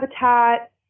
habitat